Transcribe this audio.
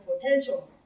potential